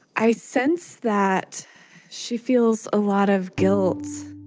i sense that she feels a lot of guilt